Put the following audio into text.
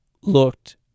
looked